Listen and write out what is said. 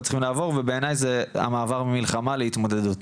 צריכים לעבור ובעיני זה המעבר ממלחמה להתמודדות.